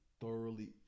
thoroughly